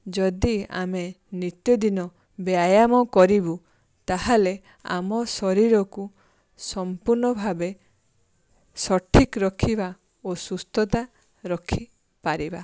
ଯଦି ଆମେ ନିତିଦିନ ବ୍ୟାୟାମ କରିବୁ ତା'ହେଲେ ଆମ ଶରୀରକୁ ସମ୍ପୂର୍ଣ୍ଣ ଭାବେ ସଠିକ୍ ରଖିବା ଓ ସୁସ୍ଥତା ରଖିପାରିବା